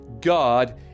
God